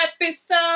episode